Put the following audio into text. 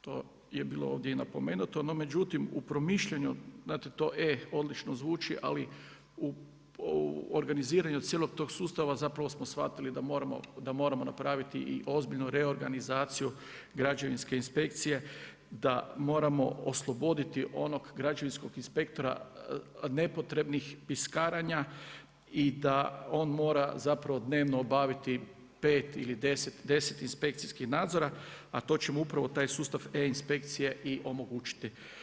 To je bilo ovdje i napomeno, no međutim u promišljanju znate to E odlično zvuči, ali u organiziranju cijelog tog sustava, zapravo smo shvatili da moramo napraviti i ozbiljnu reorganizaciju građevinske inspekcije da moramo osobiti onog građevinskog inspektora od nepotrebnih piskaranja i da on mora zapravo dnevno obaviti 5 ili 10, 10 inspekcijskih nadzora, a to ćemo upravo taj sustav e inspekcije i onemogućiti.